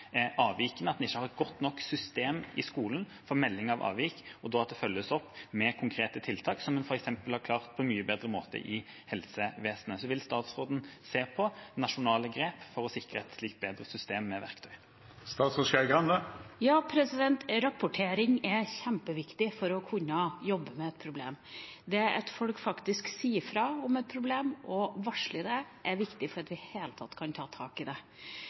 med konkrete tiltak, som en f.eks. har klart på en mye bedre måte i helsevesenet. Vil statsråden se på nasjonale grep for å sikre et slikt bedre system med verktøy? Rapportering er kjempeviktig for å kunne jobbe med et problem. Det at folk faktisk sier ifra om et problem og varsler om det, er viktig for at vi i det hele tatt kan ta tak i det.